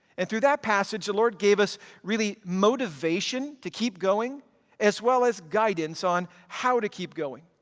and through that passage the lord gave us really motivation to keep going as well as guidance on how to keep going.